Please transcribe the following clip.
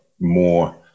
more